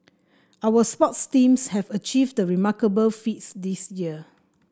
our sports teams have achieved remarkable feats this year